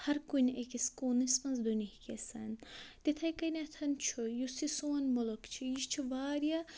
ہر کُنہِ أکِس کوٗنَس منٛز دُنہِکِس تِتھَے کٔنٮ۪تھ چھُ یُس یہِ سون مُلک چھِ یہِ چھِ واریاہ